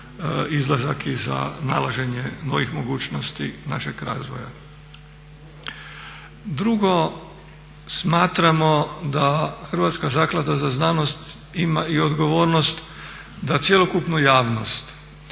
izlazak i za nalaženje novih mogućnosti našeg razvoja. Drugo, smatramo da Hrvatska zaklada za znanost ima i odgovornost da cjelokupnu javnost,